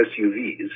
SUVs